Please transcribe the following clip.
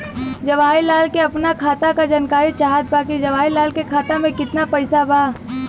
जवाहिर लाल के अपना खाता का जानकारी चाहत बा की जवाहिर लाल के खाता में कितना पैसा बा?